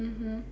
mmhmm